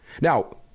Now